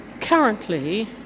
Currently